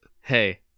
Hey